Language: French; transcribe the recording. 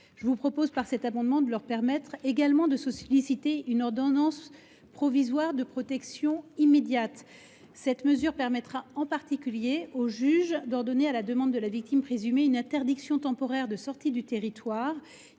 je vous propose, par cet amendement, de leur permettre également de solliciter une ordonnance provisoire de protection immédiate. Cette mesure permettra au juge d’ordonner en particulier, à la demande de la victime présumée, une interdiction temporaire de sortie du territoire.